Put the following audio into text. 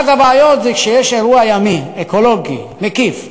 אחת הבעיות היא כשיש אירוע ימי אקולוגי מקיף,